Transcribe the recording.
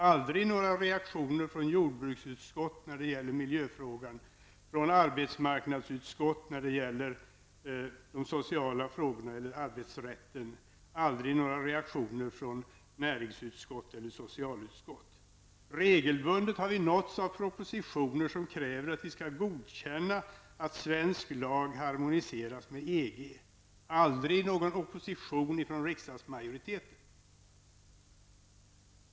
Aldrig några reaktioner från jordbruksutskott när det gäller miljöfrågan, från näringsutskott när det gäller de sociala frågorna eller arbetsrätten, aldrig några reaktioner från näringsutskott eller socialutskott. Regelbundet har vi nåtts av propositioner som kräver att vi skall godkänna att svensk lag harmoniseras med EG. Aldrig någon opposition från riksdagsmajoriteten.